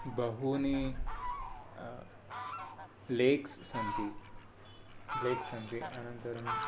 बहूनि लेक्स् सन्ति लेक्स् सन्ति अनन्तरं